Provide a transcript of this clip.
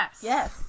Yes